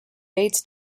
bates